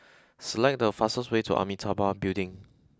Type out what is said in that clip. select the fastest way to Amitabha Building